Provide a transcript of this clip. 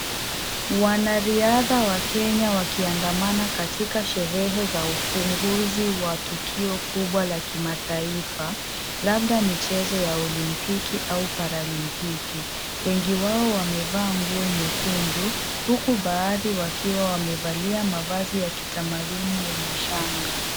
Wanariadha wa Kenya wakiandamana katika sherehe za ufunguzi wa tukio kubwa la kimataifa labda michezo ya Olimpiki au Paralimpiki. Wengi wao wamevaa nguo nyekundu huku baadhi wakiwa wamevalia mavazi ya kitamaduni yenye shanga.